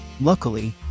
Luckily